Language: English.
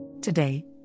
Today